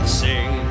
sing